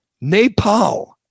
Nepal